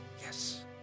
Yes